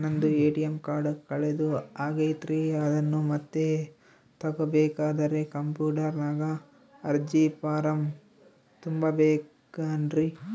ನಂದು ATM card ಕಳೆದು ಹೋಗೈತ್ರಿ ಅದನ್ನು ಮತ್ತೆ ತಗೋಬೇಕಾದರೆ ಕಂಪ್ಯೂಟರ್ ನಾಗ ಅರ್ಜಿ ಫಾರಂ ತುಂಬಬೇಕನ್ರಿ?